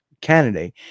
candidate